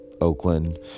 Oakland